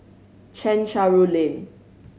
Chencharu Lane